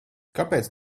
kāpēc